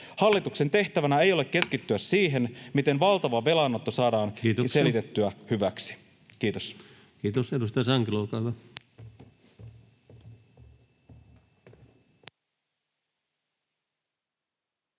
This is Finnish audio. Hallituksen tehtävänä ei ole keskittyä siihen, miten valtava velanotto saadaan selitettyä hyväksi. — Kiitos. Kiitos.